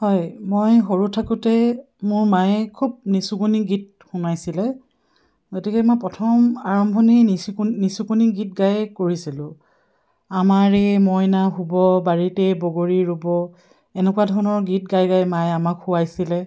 হয় মই সৰু থাকোঁতে মোৰ মায়ে খুব নিচুকনি গীত শুনাইছিলে গতিকে মই প্ৰথম আৰম্ভণি নিচুক নিচুকনি গীত গাইয়ে কৰিছিলোঁ আমাৰে মইনা শুব বাৰীতে বগৰী ৰুব এনেকুৱা ধৰণৰ গীত গাই গাই মায়ে আমাক শুৱাইছিলে